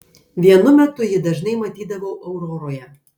vienu metu jį dažnai matydavau auroroje